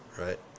Right